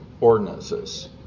ordinances